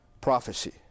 prophecy